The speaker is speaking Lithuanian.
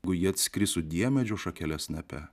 o ji atskris su diemedžio šakele snape